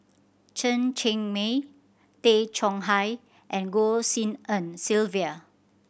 Chen Cheng Mei Tay Chong Hai and Goh Tshin En Sylvia